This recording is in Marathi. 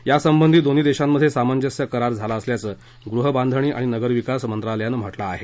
यासंबधी दोन्ही देशात सामजस्य करार झाला असल्याच गृहबाधणी आणि नगरविकास मंत्रालयानं म्हटलं आहे